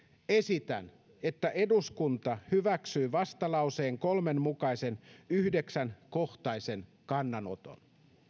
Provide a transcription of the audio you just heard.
esitän että eduskunta hyväksyy vastalauseen kolmen mukaisen yhdeksänkohtaisen kannanoton